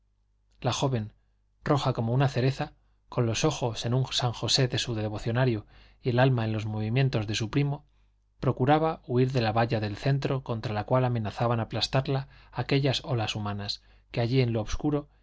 la joven roja como una cereza con los ojos en un san josé de su devocionario y el alma en los movimientos de su primo procuraba huir de la valla del centro contra la cual amenazaban aplastarla aquellas olas humanas que allí en lo obscuro